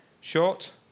short